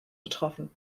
betroffen